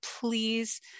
please